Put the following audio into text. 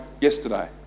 yesterday